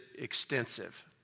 extensive